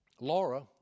Laura